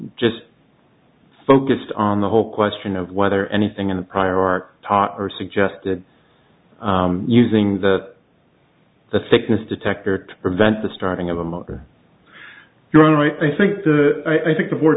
just focused on the whole question of whether anything in the prior art potter suggested using that the thickness detector to prevent the starting of a mother you're right i think the i think the war